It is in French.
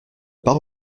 pas